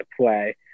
play